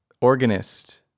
organist